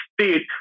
state